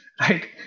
right